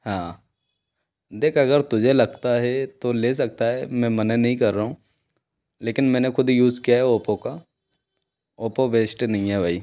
हाँ देख अगर तुझे लगता है तो ले सकता है मैं मना नहीं कर रहा हूँ लेकिन मैंने ख़ुद यूज़ किया है ओपो का ओप्पो बेस्ट नहीं है भाई